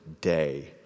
day